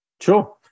Sure